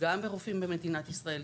גם ברופאים במדינת ישראל,